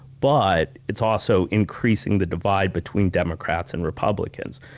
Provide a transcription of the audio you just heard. but it's also increasing the divide between democrats and republicans,